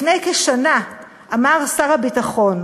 לפני כשנה אמר שר הביטחון,